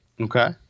Okay